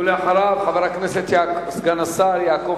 ואחריו, חבר הכנסת, סגן השר יעקב